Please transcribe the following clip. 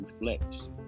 reflects